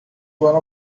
one